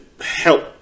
help